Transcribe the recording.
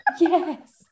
yes